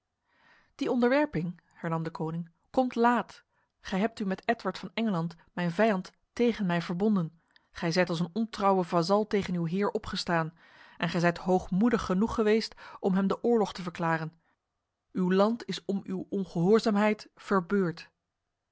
die onderwerping hernam de koning komt laat gij hebt u met edward van engeland mijn vijand tegen mij verbonden gij zijt als een ontrouwe vazal tegen uw heer opgestaan en gij zijt hoogmoedig genoeg geweest om hem de oorlog te verklaren uw land is om uw ongehoorzaamheid